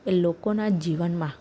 લોકોના જીવનમાં